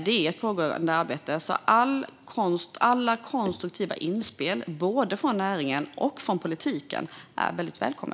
Detta är ett pågående arbete. Alla konstruktiva inspel, både från näringen och från politiken, är väldigt välkomna.